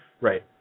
Right